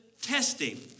testing